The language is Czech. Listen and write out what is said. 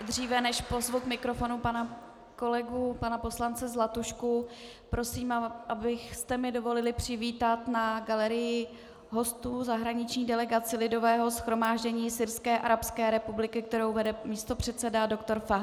Dříve než pozvu k mikrofonu pana kolegu poslance Zlatušku, prosím, abyste mi dovolili přivítat na galerii hostů zahraniční delegaci Lidového shromáždění Syrské arabské republiky, kterou vede místopředseda doktor Fahmí Hasan.